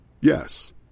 Yes